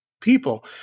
people